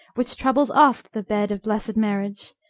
which troubles oft the bed of blessed marriage,